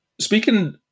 Speaking